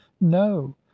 no